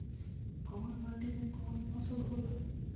कवन माटी में कवन फसल हो ला?